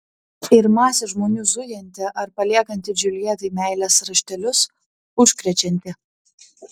ir masė žmonių zujanti ar paliekanti džiuljetai meilės raštelius užkrečianti